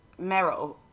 Meryl